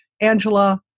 Angela